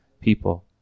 people